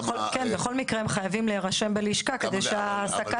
בכל מקרה הם חייבים להירשם בלשכה כדי שההעסקה